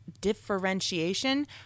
differentiation